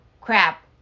crap